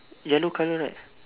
yellow colour right